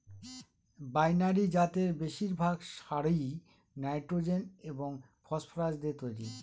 binary জাতের বেশিরভাগ সারই নাইট্রোজেন এবং ফসফরাস দিয়ে তৈরি